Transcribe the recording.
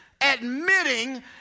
admitting